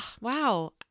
wow